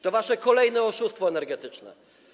To wasze kolejne oszustwo energetyczne.